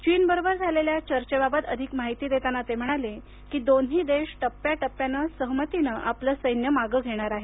चीनबरोबर झालेल्या चर्चेबाबत अधिक माहिती देताना ते म्हणाले की दोन्ही देश टप्प्याटप्प्यानं सहमतीनं आपलं सैन्य मागं घेणार आहेत